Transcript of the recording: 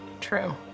True